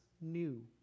new